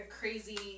crazy